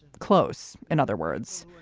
close. in other words,